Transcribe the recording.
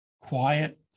quiet